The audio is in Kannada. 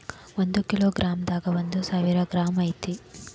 ಒಂದ ಕಿಲೋ ಗ್ರಾಂ ದಾಗ ಒಂದ ಸಾವಿರ ಗ್ರಾಂ ಐತಿ